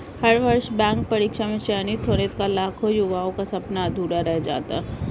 हर वर्ष बैंक परीक्षा में चयनित होने का लाखों युवाओं का सपना अधूरा रह जाता है